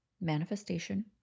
manifestation